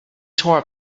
tore